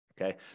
Okay